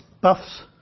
buffs